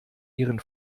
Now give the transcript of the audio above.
ihren